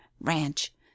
ranch